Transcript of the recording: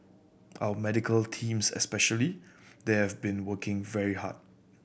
our medical teams especially they have been working very hard